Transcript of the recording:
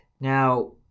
Now